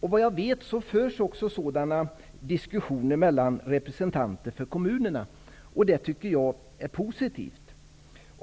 Vad jag vet förs också sådana diskussioner mellan representanter för kommunerna. Det tycker jag är positivt.